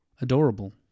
adorable